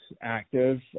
active